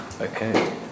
Okay